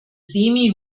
semi